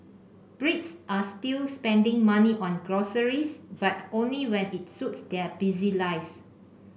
brits are still spending money on groceries but only when it suits their busy lives